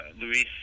Luis